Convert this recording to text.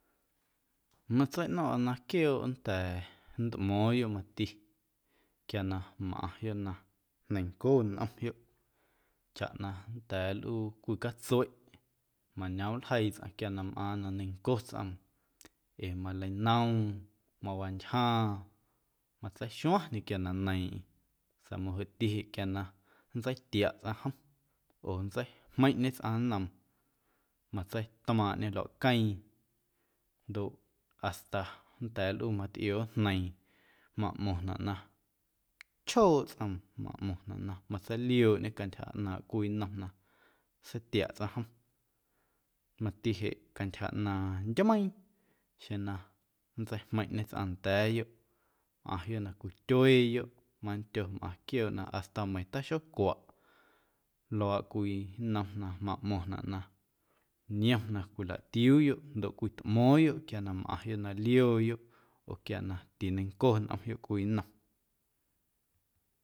Matseiꞌno̱o̱ⁿꞌa na quiooꞌ nnda̱a̱ nntꞌmo̱o̱ⁿyoꞌ mati quia na mꞌaⁿyoꞌ na neiⁿnco nꞌomyoꞌ chaꞌ na nnda̱a̱ nlꞌuu cwii catsueꞌ mañoomꞌ nljeii tsꞌaⁿ quia na mꞌaaⁿ na neiⁿnco tsꞌoom ee maleinoom, mawantyjaaⁿ, matseixuaⁿ quia na neiiⁿꞌeⁿ sa̱a̱ mojoꞌti jeꞌ quia na nntseitiaꞌ tsꞌaⁿ jom, oo nntseijmeiⁿꞌñe tsꞌaⁿ nnoom matseitmaaⁿꞌñê luaꞌqueeⁿ ndoꞌ hasta nnda̱a̱ nlꞌuu matꞌioojneiiⁿ maꞌmo̱ⁿꞌnaꞌ na chjooꞌ tsꞌom, maꞌmo̱ⁿnaꞌ matseiliooꞌñe cantyja ꞌnaaⁿꞌ cwii nnom na seitiaꞌ tsꞌaⁿ jom. Mati jeꞌ cantyja ꞌnaaⁿ ndyumeiiⁿ xjeⁿ na nntseijmeiⁿꞌñe tsꞌaⁿ nda̱a̱yoꞌ mꞌaⁿyoꞌ na cwityueeyoꞌ mandyo mꞌaⁿ quiooꞌ hasta meiiⁿ taxocwaꞌ luaaꞌ cwii nnom na maꞌmo̱ⁿnaꞌ na niom na cwilaꞌtiuuyoꞌ ndoꞌ cwitꞌmo̱o̱ⁿyoꞌ quia na mꞌaⁿyoꞌ na liooyoꞌ oo quia na tineiⁿnco nꞌomyoꞌ cwii nnom.